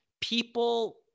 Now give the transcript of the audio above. people